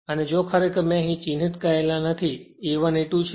અને જો ખરેખર મેં અહીં ચિહ્નિત કર્યા નથી A1 A2 છે